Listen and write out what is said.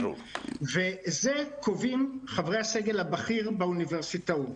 את זה קובעים חברי הסגל הבכיר באוניברסיטאות.